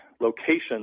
locations